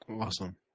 awesome